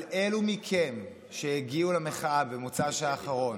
אבל אלו מכם שהגיעו למחאה במוצ"ש האחרון